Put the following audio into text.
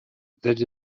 that